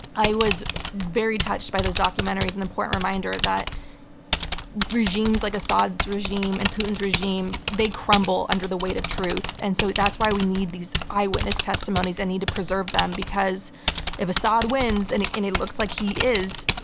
i was very touched by those documentaries, an important reminder that regimes like assad's regime and putin's regime, they crumble under the weight of truth, and so that's why we need these eyewitness testimonies and need to preserve them, because if assad wins, and it and it looks like he is,